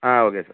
ah okay sir